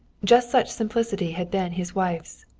just such simplicity had been his wife's.